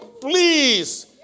please